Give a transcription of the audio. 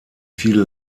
viele